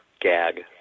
Gag